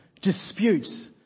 disputes